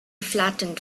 flattened